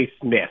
Smith